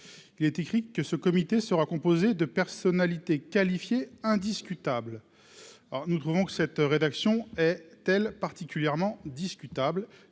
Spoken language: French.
il est écrit que ce comité sera composé de personnalités qualifiées indiscutable alors nous trouvons que cette rédaction est tel particulièrement discutable